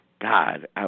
God